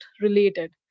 related